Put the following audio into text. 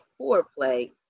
foreplay